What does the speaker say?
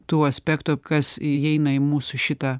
tų aspektų kas įeina į mūsų šitą